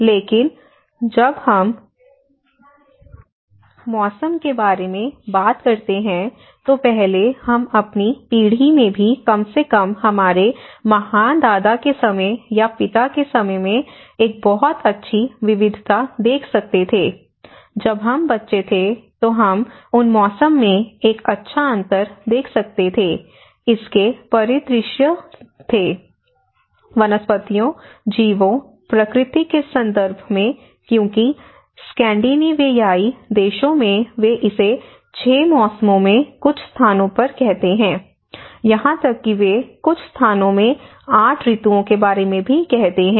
लेकिन जब हम मौसम के बारे में बात करते हैं तो पहले हम अपनी पीढ़ी में भी कम से कम हमारे महान दादा के समय या पिता के समय में एक बहुत अच्छी विविधता देख सकते थे जब हम बच्चे थे तो हम उन मौसम में एक अच्छा अंतर देख सकते थे इसके परिदृश्य वनस्पतियों जीवों प्रकृति के संदर्भ में क्योंकि स्कैंडिनेवियाई देशों में वे इसे 6 मौसमों में कुछ स्थानों पर कहते हैं यहां तक कि वे कुछ स्थानों में 8 ऋतुओं के बारे में भी कहते हैं